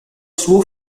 suo